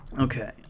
Okay